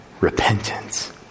repentance